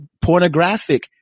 pornographic